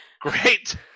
Great